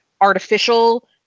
artificial